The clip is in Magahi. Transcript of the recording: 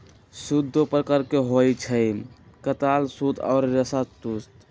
सूत दो प्रकार के होई छई, कातल सूत आ रेशा सूत